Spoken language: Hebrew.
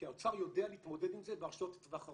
כי האוצר יודע להתמודד עם זה בהרשאות לטווח ארוך.